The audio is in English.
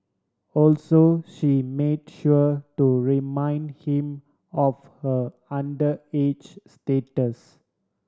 also she made sure to remind him of her underage status